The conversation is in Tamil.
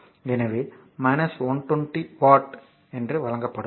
எனவே 120 வாட் வர் வழங்கப்படும்